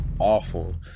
Awful